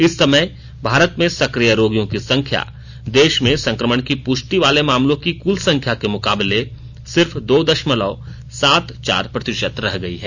इस समय भारत में सक्रिय रोगियों की संख्या देश में संक्रमण की पुष्टि वाले मामलों की कुल संख्या के मुकाबले सिर्फ दो दशमलव सात चार प्रतिशत रह गई है